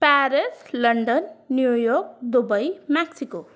Paris London New York Dubai Mexico